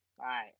right